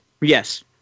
yes